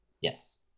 yes